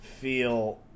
feel